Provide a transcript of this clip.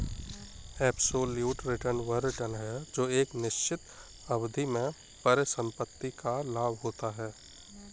absolute return वह return है जो एक निश्चित अवधि में परिसंपत्ति का लाभ होता है